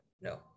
no